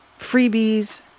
freebies